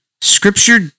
Scripture